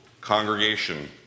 congregation